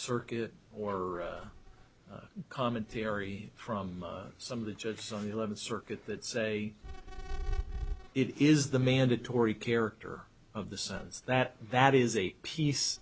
circuit or commentary from some of the judges on the eleventh circuit that say it is the mandatory character of the sense that that is a piece